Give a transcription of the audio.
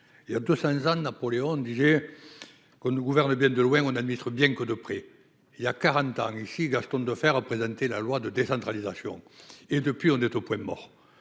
il y a 200 ans de Napoléon disait qu'on ne gouverne bien de loin on administre bien que de prix il y a 40 ans ici, Gaston Deferre présenté la loi de décentralisation et depuis, on est au point mort,